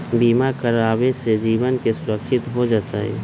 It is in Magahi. बीमा करावे से जीवन के सुरक्षित हो जतई?